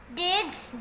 digs